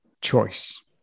choice